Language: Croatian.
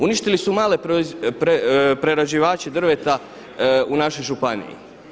Uništili su male prerađivače drveta u našoj županiji.